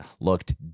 looked